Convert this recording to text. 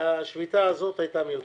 והשביתה הזאת הייתה מיותרת.